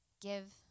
give